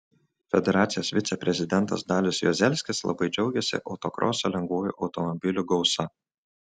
federacijos viceprezidentas dalius juozelskis labai džiaugėsi autokroso lengvųjų automobilių gausa